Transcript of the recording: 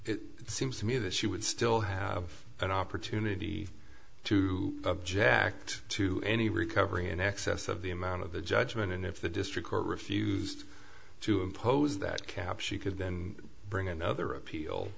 it seems to me that she would still have an opportunity to object to any recovery in excess of the amount of the judgment and if the district court refused to impose that cap she could then bring another appeal